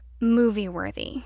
movie-worthy